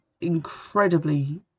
incredibly